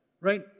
Right